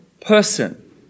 person